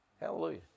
Hallelujah